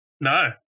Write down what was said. No